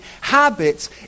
habits